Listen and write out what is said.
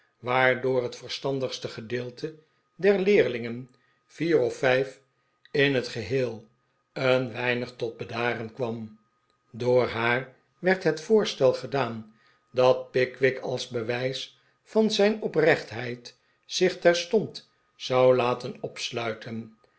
waardoor het verstandigste gedeelte der leerlingen vier of vijf in het geheel een weinig tot bedaren kwam door haar werd het voorstel gedaan dat pickwick als bewijs van zijn oprechtheid zich terstond zou laten opsluiten